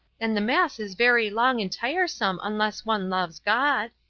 and the mass is very long and tiresome unless one loves god.